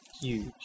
huge